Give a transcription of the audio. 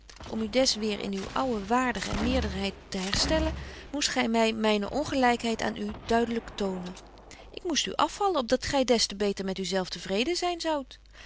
om u des weêr in uwe oude waardigen meerderheid te herstellen moest gy my myne ongelykheid aan u duidelyk tonen ik moest u afvallen opdat gy des te beter met u zelf te vreden zyn zoudt